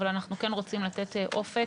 אבל אנחנו כן רוצים לתת אופק,